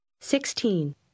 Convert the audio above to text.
Sixteen